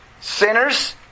Sinners